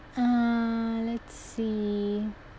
uh let's see